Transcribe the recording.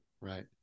Right